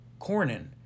Cornyn